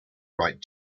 right